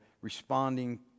responding